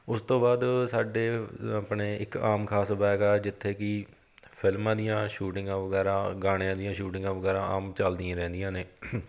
ਉਸ ਤੋਂ ਬਾਅਦ ਸਾਡੇ ਆਪਣੇ ਇੱਕ ਆਮ ਖਾਸ ਬਾਗ ਆ ਜਿੱਥੇ ਕਿ ਫਿਲਮਾਂ ਦੀਆਂ ਸ਼ੂਟਿੰਗਾਂ ਵਗੈਰਾ ਗਾਣਿਆਂ ਦੀਆਂ ਸ਼ੂਟਿੰਗਾਂ ਵਗੈਰਾ ਆਮ ਚੱਲਦੀਆਂ ਰਹਿੰਦੀਆਂ ਨੇ